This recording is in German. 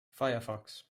firefox